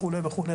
וכו'.